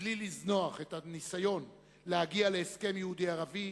בלי לזנוח את הניסיון להגיע להסכם יהודי-ערבי,